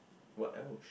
what else